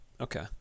okay